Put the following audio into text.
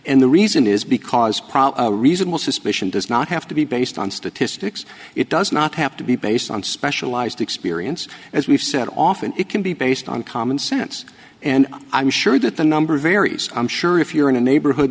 and the reason is because probably reasonable suspicion does not have to be based on statistics it does not have to be based on specialized experience as we've said often it can be based on common sense and i'm sure that the number varies from sure if you're in a neighborhood